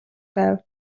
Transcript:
байв